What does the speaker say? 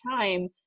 time